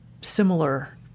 similar